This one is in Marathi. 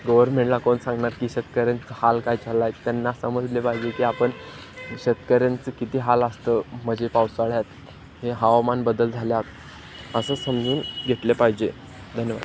गव्हर्मेंटला कोण सांगणार की शेतकऱ्यांचं हाल काय झाला आहे त्यांना समजले पाहिजे की आपण शेतकऱ्यांचं किती हाल असतं म्हणजे पावसाळ्यात हे हवामान बदल झाला असं समजून घेतले पाहिजे धन्यवाद